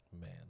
man